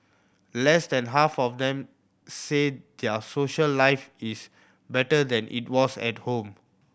less than half of them say their social life is better than it was at home